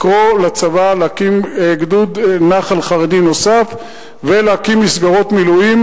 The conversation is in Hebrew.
לקרוא לצבא להקים גדוד נח"ל חרדי נוסף ולהקים מסגרות מילואים,